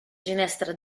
ginestra